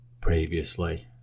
previously